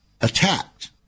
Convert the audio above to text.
attacked